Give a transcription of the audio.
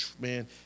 Man